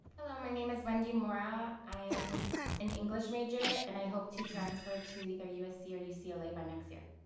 hello, my name is wendy mora. i am an english major and i hope to transfer to either usc or ucla like by next year.